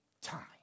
time